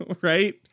right